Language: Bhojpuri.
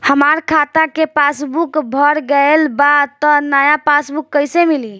हमार खाता के पासबूक भर गएल बा त नया पासबूक कइसे मिली?